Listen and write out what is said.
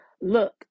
Look